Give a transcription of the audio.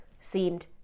seemed